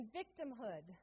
victimhood